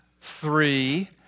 three